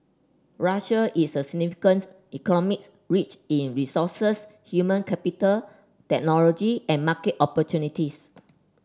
Russia is a significance economies rich in resources human capital technology and market opportunities